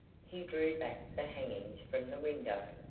he drew back the hangings from the window.